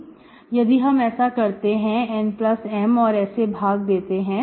यदि हम ऐसा करते हैं NM और ऐसे भाग देते हैं